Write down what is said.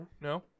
no